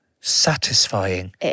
satisfying